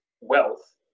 wealth